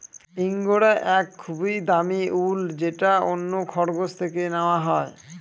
ইঙ্গরা এক খুবই দামি উল যেটা অন্য খরগোশ থেকে নেওয়া হয়